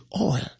oil